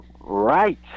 Right